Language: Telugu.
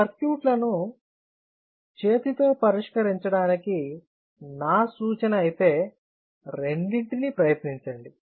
సర్క్యూట్ లను చేతితో పరిష్కరించడానికి నా సూచన అయితే రెండింటిని ప్రయత్నించండి